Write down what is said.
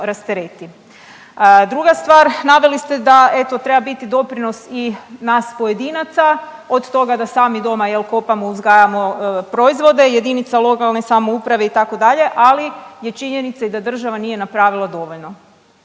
Druga stvar, naveli ste da eto treba biti doprinos i nas pojedinaca od toga da sami doma jel kopamo, uzgajamo proizvode i jedinica lokalne samouprave itd. ali je činjenica i da država nije napravila dovoljno.